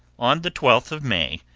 on the twelfth of may,